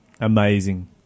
Amazing